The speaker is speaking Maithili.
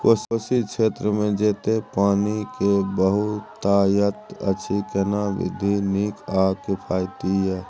कोशी क्षेत्र मे जेतै पानी के बहूतायत अछि केना विधी नीक आ किफायती ये?